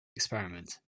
experiment